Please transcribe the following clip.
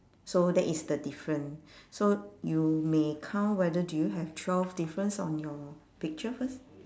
so that is the different so you may count whether do you have twelve difference on your picture first